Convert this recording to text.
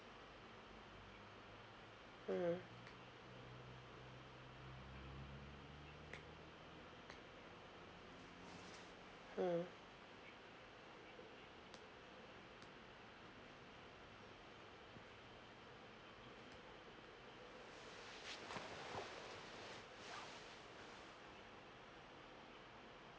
mmhmm hmm